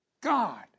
God